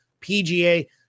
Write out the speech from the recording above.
PGA